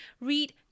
read